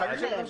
כמו שנאמר.